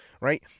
right